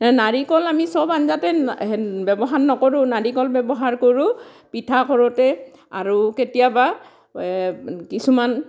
নাৰিকল আমি চব আঞ্জাতে ব্যৱহাৰ নকৰোঁ নাৰিকল ব্যৱহাৰ কৰোঁ পিঠা কৰোঁতে আৰু কেতিয়াবা কিছুমান